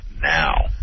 now